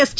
S T